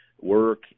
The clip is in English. work